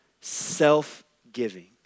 self-giving